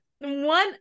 One